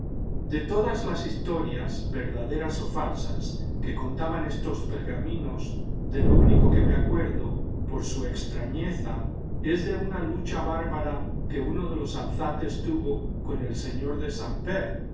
de todas las historias verdaderas o falsas que contaban estos pergaminos de lo único que me acuerdo por su extrañeza es de una lucha bárbara que uno de los alzates tuvo con el señor de saintper